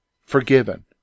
forgiven